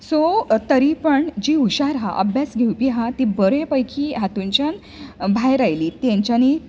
so तरीपण जीं हुशार हा अभ्यास घेवपी हा तीं बरें पैकी हातूंनच्यान भायर आयलीं तेंच्यांनी